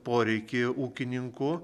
poreikį ūkininkų